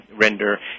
render